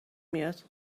میاد